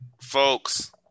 folks